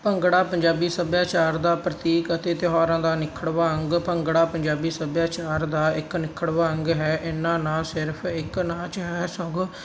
ਭੰਗੜਾ ਪੰਜਾਬੀ ਸੱਭਿਆਚਾਰ ਦਾ ਪ੍ਰਤੀਕ ਅਤੇ ਤਿਉਹਾਰਾਂ ਦਾ ਅਨਿੱਖੜਵਾਂ ਅੰਗ ਭੰਗੜਾ ਪੰਜਾਬੀ ਸੱਭਿਆਚਾਰ ਦਾ ਇੱਕ ਅਨਿੱਖੜਵਾਂ ਅੰਗ ਹੈ ਇਹ ਨਾ ਸਿਰਫ ਇਕ ਨਾਚ ਹੈ ਸਗੋਂ